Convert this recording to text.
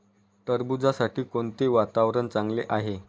टरबूजासाठी कोणते वातावरण चांगले आहे?